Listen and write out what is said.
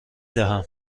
دهم